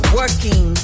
working